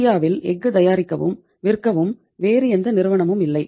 இந்தியாவில் எஃகு தயாரிக்கவும் விற்கவும் வேறு எந்த நிறுவனமும் இல்லை